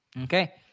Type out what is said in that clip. Okay